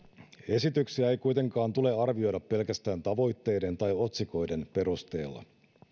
esityksiä ei kuitenkaan tule arvioida pelkästään tavoitteiden tai otsikoiden perusteella